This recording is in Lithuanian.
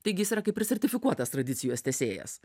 taigi jis yra kaip ir sertifikuotas tradicijos tęsėjas